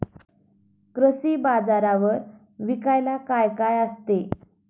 कृषी बाजारावर विकायला काय काय असते?